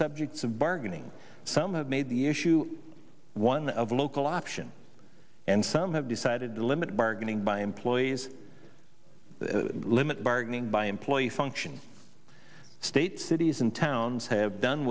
subjects of bargaining some have made the issue one of local option and some have decided to limit bargaining by employees to limit bargaining by employees function states cities and towns have done